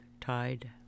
tide